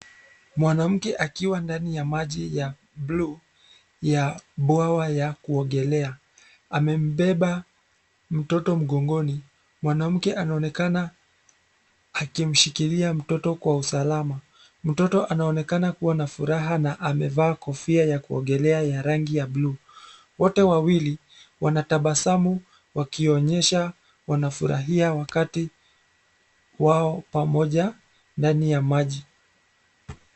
Mwanamke akiwa ndani ya maji ya, bluu, ya, bwawa ya kuogelea, amembeba, mtoto mgongoni, mwanamke anaonekana, akimshikilia mtoto kwa usalama, mtoto anaonekana kuwa na furaha na amevaa kofia ya kuogelea ya rangi ya bluu, wote wawili, wanatabasamu, wakionyesha, wanafurahia wakati, wao pamoja, ndani ya maji.